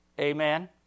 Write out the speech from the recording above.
Amen